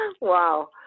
Wow